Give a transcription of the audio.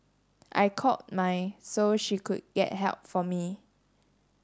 I called my so she could get help for me